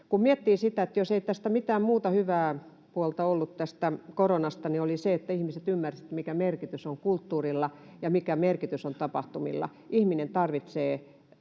koronasta mitään muuta hyvää puolta ollut, niin oli se, että ihmiset ymmärsivät, mikä merkitys on kulttuurilla ja mikä merkitys on tapahtumilla. Ihminen tarvitsee